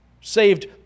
Saved